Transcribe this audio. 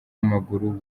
w’amaguru